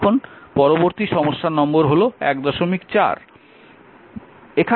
এখন পরবর্তী সমস্যা নম্বর 14